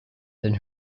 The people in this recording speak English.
then